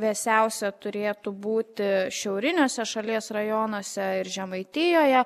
vėsiausia turėtų būti šiauriniuose šalies rajonuose ir žemaitijoje